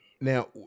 Now